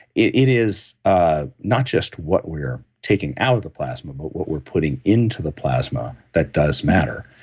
it it is ah not just what we're taking out of the plasma, but what we're putting into the plasma that does matter.